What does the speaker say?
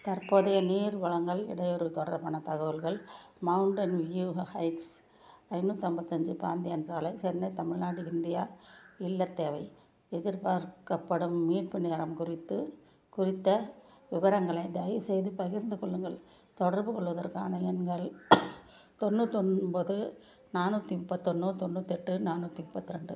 தற்போதைய நீர் வழங்கல் இடையூறு தொடர்பான தகவல்கள் மவுண்டன் வியூ ஹைட்ஸ் ஐந்நூற்றம்பத்தஞ்சி பாந்தியன் சாலை சென்னை தமிழ்நாடு இந்தியா இல்லை தேவை எதிர்பார்க்கப்படும் மீட்பு நேரம் குறித்து குறித்த விவரங்களை தயவுசெய்து பகிர்ந்து கொள்ளுங்கள் தொடர்புகொள்வதற்கான எண்கள் தொண்ணூத்தொம்பது நானூற்றி முப்பத்தொன்று தொண்ணூத்தெட்டு நானூற்றி முப்பத்தி ரெண்டு